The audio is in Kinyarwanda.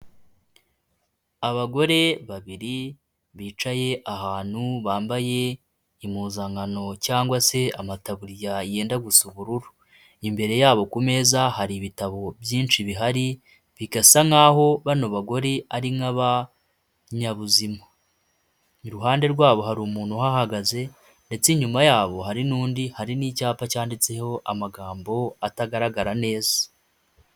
Abagore babiri bicaye ahantu bambaye impuzankano cyangwa se amataburiya yenda gusa ubururu, imbere yabo ku meza hari ibitabo byinshi bihari bigasa nkaho bano bagore ari nk'abanyabuzima, iruhande rwabo hari umuntu uhahagaze ndetse inyuma yabo hari n'undi, hari n'icyapa cyanditseho amagambo atagaragara neza.